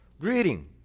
Greeting